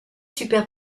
super